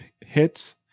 hits